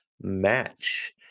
match